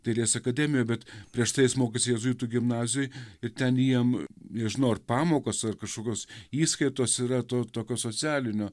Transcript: dailės akademijoj bet prieš tai jis mokėsi jėzuitų gimnazijoj ir ten jiem nežinau ar pamokos ar kažkokios įskaitos yra to tokio socialinio